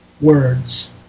words